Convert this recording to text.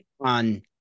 on